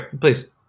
please